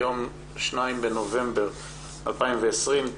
היום ה-2 בנובמבר 2020,